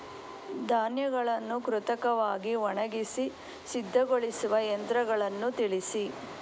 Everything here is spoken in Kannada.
ಧಾನ್ಯಗಳನ್ನು ಕೃತಕವಾಗಿ ಒಣಗಿಸಿ ಸಿದ್ದಗೊಳಿಸುವ ಯಂತ್ರಗಳನ್ನು ತಿಳಿಸಿ?